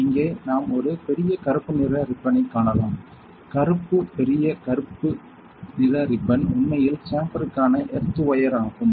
இங்கே நாம் ஒரு பெரிய கருப்பு நிற ரிப்பனைக் காணலாம் கருப்பு பெரிய கருப்பு நிற ரிப்பன் உண்மையில் சேம்பருக்கான எர்த் வயர் ஆகும்